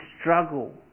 struggle